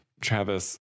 Travis